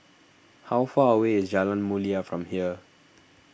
how far away is Jalan Mulia from here